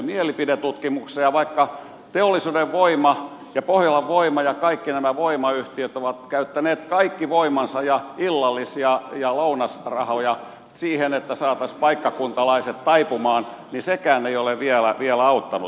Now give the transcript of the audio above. ja vaikka teollisuuden voima ja pohjolan voima ja kaikki nämä voimayhtiöt ovat käyttäneet kaikki voimansa ja illallis ja lounasrahoja siihen että saataisiin paikkakuntalaiset taipumaan niin sekään ei ole vielä auttanut